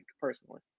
personally